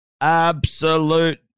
absolute